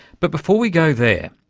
but before we go there,